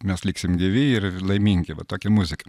mes liksim gyvi ir laimingi va tokia muzika